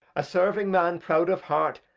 a serving man proud of heart,